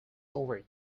over